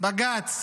בג"ץ